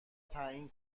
تعیین